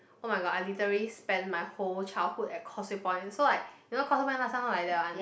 oh-my-god I literally spend my whole childhood at Causeway Point so like you know Causeway Point last time look like that one